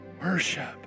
Worship